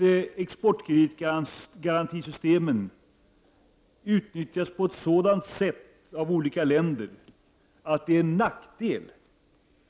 Exportkreditgarantisystemen får inte utnyttjas på ett sådant sätt av olika länder att det är en nackdel